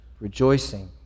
Rejoicing